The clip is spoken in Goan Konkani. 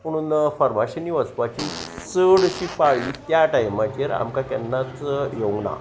पुणून फर्माशिनी वचपाची चड अशी पाळी त्या टायमाचेर आमकां केन्नाच येवंक ना